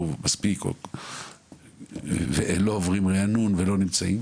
מספיק והם לא עוברים ריענון והם לא נמצאים,